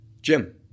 Jim